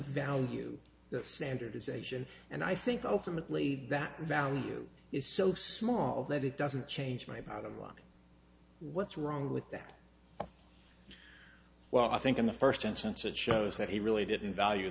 value the standardization and i think ultimately that value is so small that it doesn't change my bottom line what's wrong with that well i think in the first instance it shows that he really didn't value